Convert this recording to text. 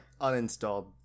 uninstalled